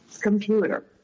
computer